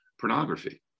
pornography